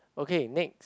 okay next